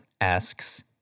asks